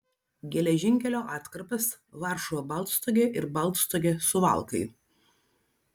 geležinkelio atkarpas varšuva baltstogė ir baltstogė suvalkai